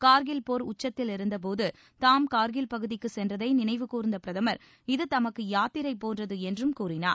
கார்கில் போர் உச்சத்தில் இருந்தபோது தாம் கார்கில் பகுதிக்கு சென்றதை நினைவு கூர்ந்த பிரதமர் இது தமக்கு யாத்திரை போன்றது என்றும் கூறினார்